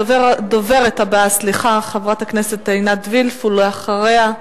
הדוברת הבאה היא חברת הכנסת עינת וילף, ואחריה,